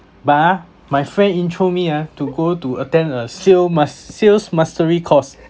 but ah my friend intro me ah to go to attend a sale mas~ sales mastery course